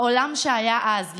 בעולם שהיה אז,